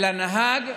לנהג.